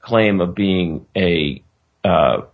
claim of being a